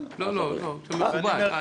לא, לא, זה מכובד.